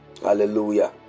hallelujah